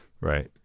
Right